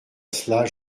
cela